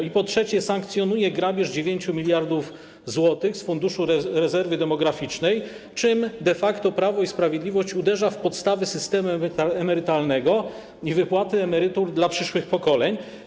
I po trzecie, sankcjonuje grabież 9 mld zł z Funduszu Rezerwy Demograficznej, czym de facto Prawo i Sprawiedliwość uderza w podstawy systemu emerytalnego i wypłaty emerytur dla przyszłych pokoleń.